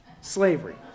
Slavery